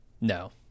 No